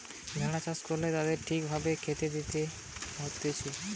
ভেড়া চাষ করলে তাদেরকে ঠিক ভাবে খেতে দিতে হতিছে